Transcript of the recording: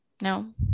No